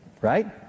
right